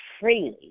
freely